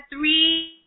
three